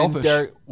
Derek